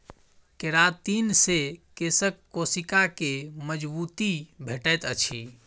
keratin से केशक कोशिका के मजबूती भेटैत अछि